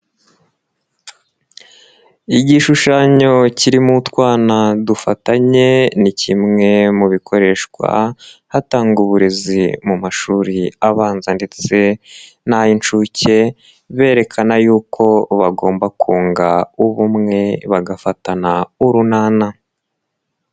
Igishushanyo kirimo utwana dufatanye, ni kimwe mu bikoreshwa, hatangwa uburezi mu mashuri abanza ndetse n'ay'inshuke, berekana yuko bagomba kunga ubumwe, bagafatana urunana.